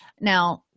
Now